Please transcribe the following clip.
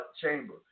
chamber